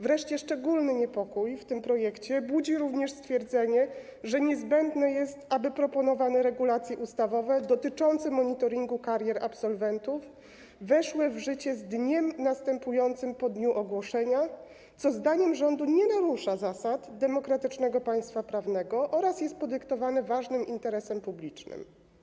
Wreszcie szczególny niepokój w tym projekcie budzi również stwierdzenie, że niezbędne jest, aby proponowane regulacje ustawowe dotyczące monitoringu karier absolwentów weszły w życie z dniem następującym po dniu ogłoszenia, co zdaniem rządu nie narusza zasad demokratycznego państwa prawnego oraz jest podyktowane ważnym interesem publicznym.